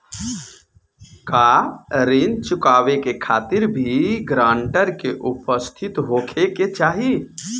का ऋण चुकावे के खातिर भी ग्रानटर के उपस्थित होखे के चाही?